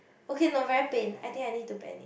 okay no very pain I think I need to bend it